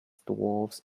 dwarves